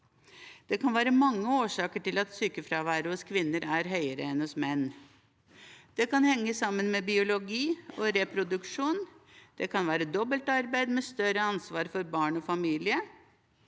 Det kan være mange årsaker til at sykefraværet hos kvinner er høyere enn hos menn. Det kan henge sammen med biologi og reproduksjon, det kan være dobbeltarbeid med større ansvar for barn og familie,